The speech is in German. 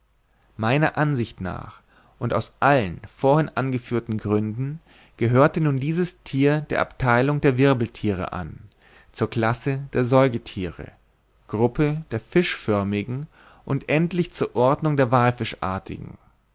meiner ansicht nach und aus allen vorhin angeführten gründen gehörte nun dieses thier der abtheilung der wirbelthiere an zur classe der säugethiere gruppe der fischförmigen und endlich zur ordnung der wallfischartigen